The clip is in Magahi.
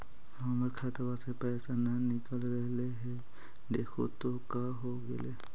हमर खतवा से पैसा न निकल रहले हे देखु तो का होगेले?